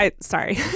Sorry